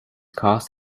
cast